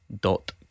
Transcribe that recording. Dot